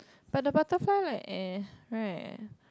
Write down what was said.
but the butterfly like right